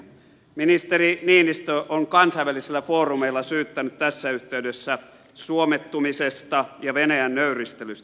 ministeri niinistö on kansainvälisillä foorumeilla syyttänyt tässä yhteydessä suomettumisesta ja venäjän nöyristelystä